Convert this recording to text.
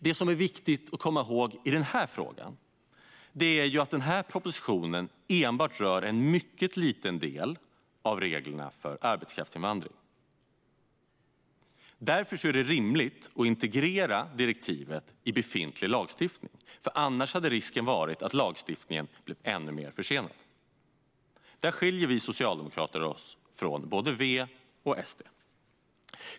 Det som är viktigt att komma ihåg är att den här propositionen enbart rör en mycket liten del av reglerna för arbetskraftsinvandring. Därför är det rimligt att integrera direktivet i befintlig lagstiftning. Annars skulle det finnas risk att lagstiftningen blir ännu mer försenad. Där skiljer vi socialdemokrater oss från både V och SD.